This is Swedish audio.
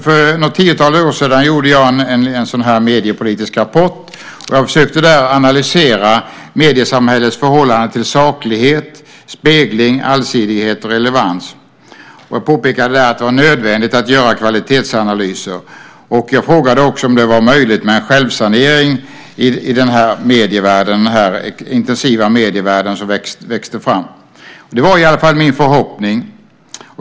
För något tiotal år sedan gjorde jag en mediepolitisk rapport där jag försökte analysera mediesamhällets förhållande till saklighet, spegling, allsidighet och relevans. Jag påpekade att det var nödvändigt att göra kvalitetsanalyser och frågade om det var möjligt med en självsanering i den intensiva medievärld som växte fram; det var i alla fall min förhoppning.